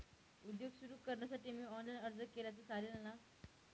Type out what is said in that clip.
उद्योग सुरु करण्यासाठी मी ऑनलाईन अर्ज केला तर चालेल ना?